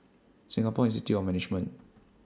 Singapore Institute of Management